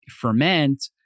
ferment